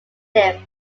him